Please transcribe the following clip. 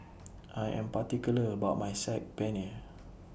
I Am particular about My Saag Paneer